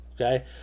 Okay